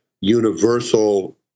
universal